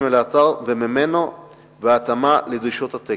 אל האתר וממנו והתאמה לדרישות התקן.